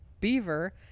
Beaver